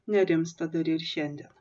nerimsta dar ir šiandien